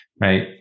right